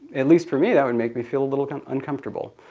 at least for me, that would make me feel a little uncomfortable.